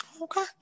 Okay